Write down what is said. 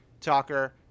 talker